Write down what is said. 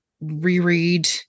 reread